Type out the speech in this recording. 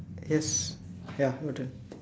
yes ya noted